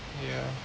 ya